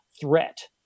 threat